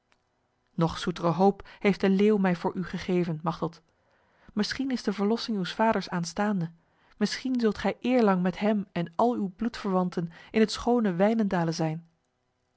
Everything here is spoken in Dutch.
nog zoetere hoop heeft de leeuw mij voor u gegeven machteld misschien is de verlossing uws vaders aanstaande misschien zult gij eerlang met hem en al uw bloedverwanten in het schone wijnendale zijn